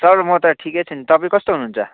sir म त ठिकै छु नि तपाईँ कस्तो हुनुहुन्छ